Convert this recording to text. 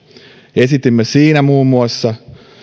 esitimme siinä muun muassa